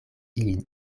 ilin